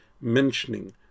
mentioning